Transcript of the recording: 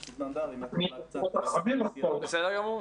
בסדר גמור.